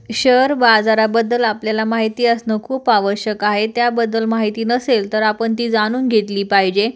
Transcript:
share बाजाराबद्दल आपल्याला माहिती असणं खूप आवश्यक आहे त्याबद्दल माहिती नसेल तर आपण ती जाणून घेतली पाहिजे